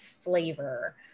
flavor